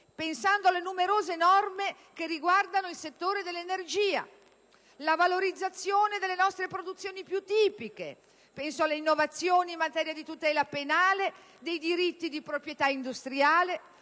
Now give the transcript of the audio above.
pensando alle numerose norme che riguardano il settore dell'energia. E ancora, la valorizzazione delle nostre produzioni più tipiche; penso alle innovazioni in materia di tutela penale, dei diritti di proprietà industriale